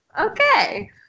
Okay